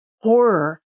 Horror